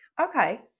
Okay